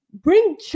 bring